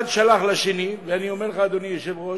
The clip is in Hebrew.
אחד שלח לשני, ואני אומר לך, אדוני היושב-ראש,